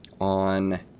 on